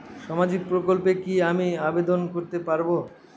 সামাজিক প্রকল্পে কি আমি আবেদন করতে পারবো?